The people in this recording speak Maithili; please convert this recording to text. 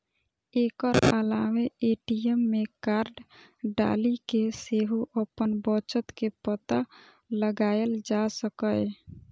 एकर अलावे ए.टी.एम मे कार्ड डालि कें सेहो अपन बचत के पता लगाएल जा सकैए